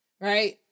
right